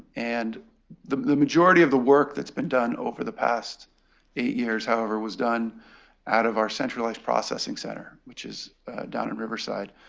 and the the majority of the work that's been done over the past eight years, however, was done out of our centralized processing center, which is down in riverside.